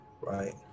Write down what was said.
right